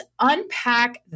unpack